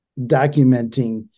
documenting